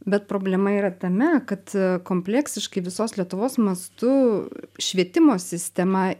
bet problema yra tame kad kompleksiškai visos lietuvos mastu švietimo sistema